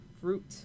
fruit